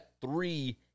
three